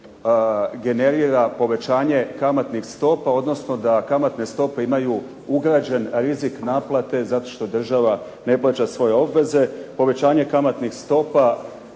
generira povećanje kamatnih stopa, odnosno da kamatne stope imaju ugrađen rizik naplate zato što država ne plaća svoje obveze. Povećanje kamatnih stopa